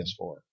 PS4